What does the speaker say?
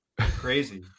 crazy